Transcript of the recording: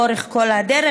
לאורך כל הדרך.